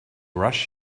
rush